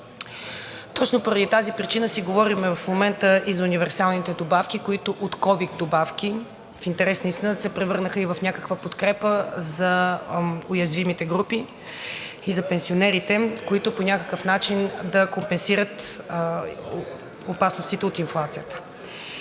Точно поради тази причина си говорим в момента и за универсалните добавки – от ковид добавки. В интерес на истината се превърнаха и в някаква подкрепа за уязвимите групи и за пенсионерите, които по някакъв начин да компенсират опасностите от инфлацията.